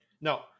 No